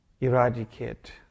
eradicate